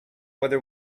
whether